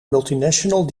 multinational